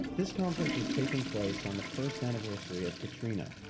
this conference was taking place on the first anniversary of katrina.